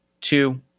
two